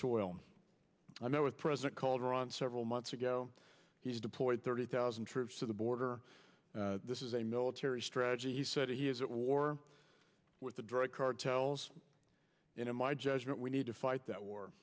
soil i met with president calderon several months ago he's deployed thirty thousand troops to the border this is a military strategy he said he is at war with the drug cartels and in my judgment we need to fight that war